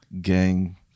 gang